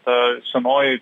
ta senoji